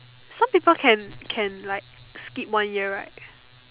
some people can can like skip one year right